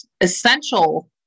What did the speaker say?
essential